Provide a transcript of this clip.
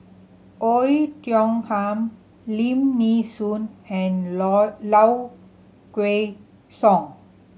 Oei Tiong Ham Lim Nee Soon and Low Kway Song